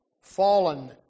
fallen